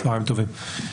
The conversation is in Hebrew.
צוהריים טובים.